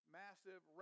massive